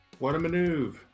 Whatamaneuver